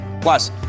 Plus